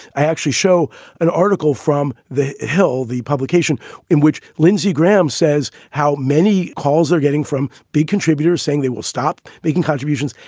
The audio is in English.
i actually show an article from the hill, the publication in which lindsey graham says how many calls they're getting from big contributors saying they will stop making contributions.